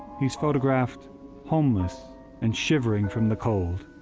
he's photographed homeless and shivering from the cold,